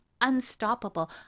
unstoppable